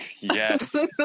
Yes